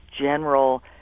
general